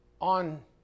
on